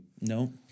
No